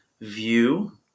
view